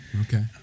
Okay